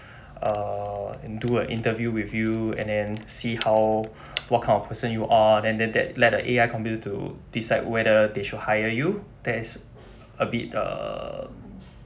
uh and do an interview with you and then see how what kind of person you are then then let the A_I computer to decide whether they should hire you that's a bit err